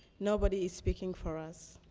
nobody is speaking for us.